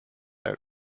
out